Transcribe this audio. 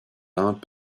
uns